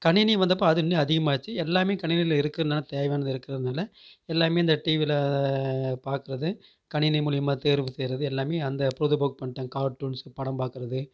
கணினி வந்தப்போ அது இன்னும் அதிகமாச்சு எல்லாமே கணினியில் இருக்கிறனால தேவையானது இருக்கிறதுனால எல்லாமே இந்த டிவியில் பார்க்குறது கணினி மூலிமா தேர்வு செய்வது எல்லாமே அந்த பொழுதுபோக்கு பண்ணிவிட்டாங்க கார்ட்டூன்ஸ் படம் பார்க்குறது